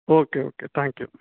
okay okay thank you